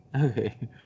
okay